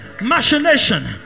machination